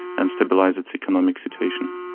and stabilise its economic situation.